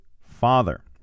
father